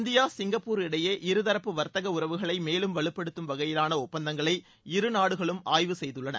India Singapore இடையே இருதரப்பு வா்த்தக உறவுகளை மேலும் வலுப்படுத்தும் வகையிலான ஒப்பந்தங்களை இருநாடுகளும் ஆய்வு செய்துள்ளன